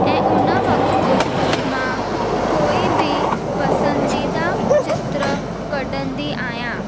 ऐं उन वक़्तु मां कोई बि पसंदीदा चित्र कढंदी आहियां